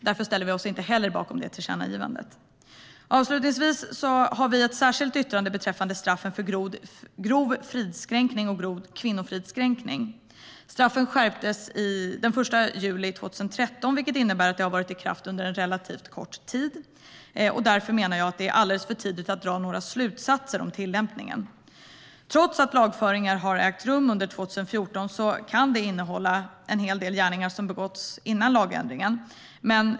Därför ställer vi oss inte bakom det tillkännagivandet. Avslutningsvis har vi ett särskilt yttrande beträffande straffen för grov fridskränkning och grov kvinnofridskränkning. Straffen skärptes den 1 juli 2013, vilket innebär att de har varit i kraft under relativt kort tid. Därför menar jag att det är alldeles för tidigt att dra några slutsatser om tillämpningen. Lagföringar som har ägt rum under 2014 kan innehålla en hel del gärningar som har begåtts före lagändringen.